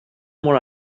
molt